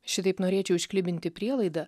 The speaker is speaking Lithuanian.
šitaip norėčiau išklibinti prielaidą